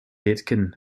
aitken